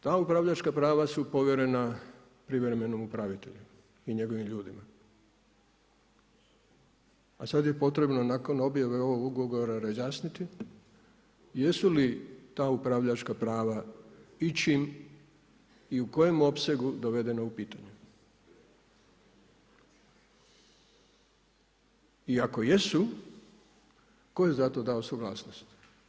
Ta upravljačka prava su povjerena privremenom upravitelju i njegovim ljudima, a sad je potrebno nakon objave ovog ugovora razjasniti jesu li ta upravljačka prava ičim i u kojem opsegu dovedena u pitanje iI ako jesu tko je za to dao suglasnost?